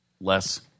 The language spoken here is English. Less